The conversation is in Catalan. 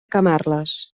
camarles